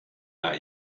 not